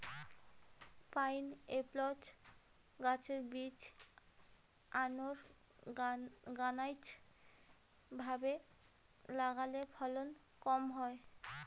pineapple গাছের বীজ unorganised ভাবে লাগালে ফলন কম হয়